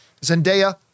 zendaya